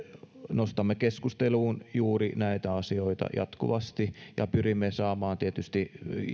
nostamme keskusteluun juuri näitä asioita jatkuvasti ja pyrimme saamaan tietysti